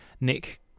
Nick